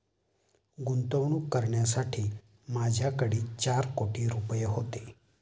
गुंतवणूक करण्यासाठी माझ्याकडे चार कोटी रुपये होते